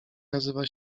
nazywa